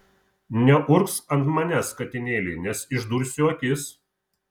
neurgzk ant manęs katinėli nes išdursiu akis